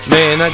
Man